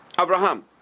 Abraham